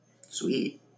Sweet